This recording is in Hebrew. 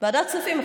ועדת כספים.